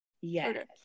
Yes